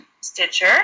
Stitcher